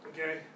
Okay